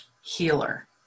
healer